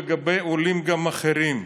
גם לגבי עולים אחרים,